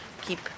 keep